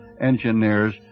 engineers